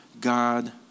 God